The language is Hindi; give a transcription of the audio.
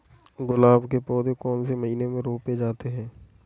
गुलाब के पौधे कौन से महीने में रोपे जाते हैं?